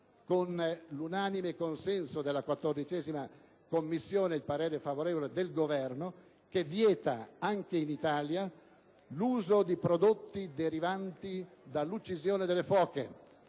con l'unanime consenso della 14ª Commissione e il parere favorevole del Governo, che vieta anche in Italia l'uso di prodotti derivanti dall'uccisione delle foche.